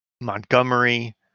Montgomery